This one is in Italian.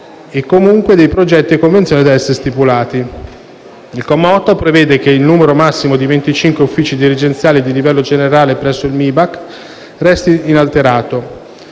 e, comunque, dei progetti o convenzioni da essa stipulati. Il comma 8 prevede che il numero massimo di 25 uffici dirigenziali di livello generale presso il MIBAC resti inalterato.